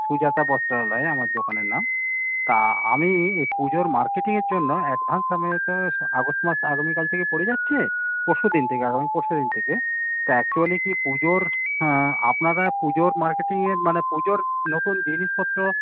সুজাতা বস্ত্রালয় আমার দোকানের নাম তা আমি এই পুজোর মার্কেটিংয়ের জন্য অ্যাডভান্স আমি তো আগস্ট মাস আগামী কাল থেকে পড়ে যাচ্ছে পরশু দিন থেকে আগামী পরশু দিন থেকে তো অ্যাকচুয়ালি কি পুজোর আপনারা পুজোর মার্কেটিংয়ের মানে পুজোর নতুন জিনিসপত্র